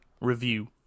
review